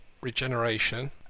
regeneration